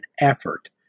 effort